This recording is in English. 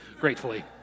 gratefully